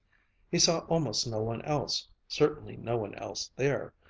he saw almost no one else, certainly no one else there,